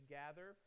gather